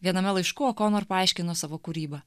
viename laiškų okonur paaiškino savo kūrybą